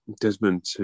Desmond